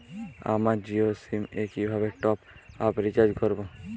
আমার জিও সিম এ কিভাবে টপ আপ রিচার্জ করবো?